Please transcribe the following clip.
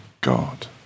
God